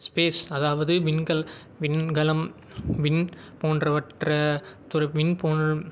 space அதாவது விண்கல் விண்கலம் வின் போன்றவற்ற விண் போ